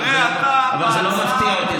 אבל זה לא מפתיע אותי.